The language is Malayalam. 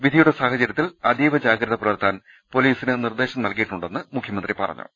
വിധിയുടെ സാഹ ചര്യത്തിൽ അതീവ ജാഗ്രത പുലർത്താൻ പൊലീസിന് നിർദ്ദേശം നൽകിയി ട്ടുണ്ടെന്നും മുഖ്യമന്ത്രി പറഞ്ഞു